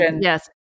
Yes